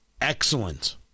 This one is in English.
excellent